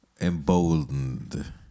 emboldened